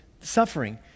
suffering